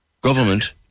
government